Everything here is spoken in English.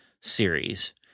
series